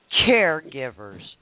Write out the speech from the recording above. caregivers